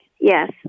Yes